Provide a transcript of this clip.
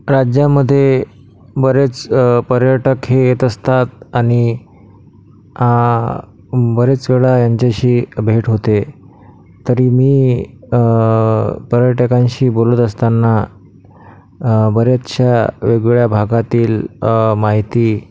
राज्यामधे बरेच पर्यटक हे येत असतात आणि बरेच वेळा यांच्याशी भेट होते तरी मी पर्यटकांशी बोलत असताना बरेचशा वेगवेगळ्या भागातील माहिती